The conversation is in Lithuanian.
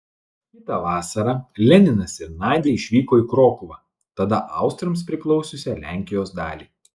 kitą vasarą leninas ir nadia išvyko į krokuvą tada austrams priklausiusią lenkijos dalį